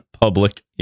public